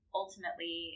ultimately